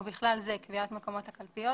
ובכלל זה קביעת מקומות הקלפיות,